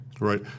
Right